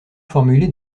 formuler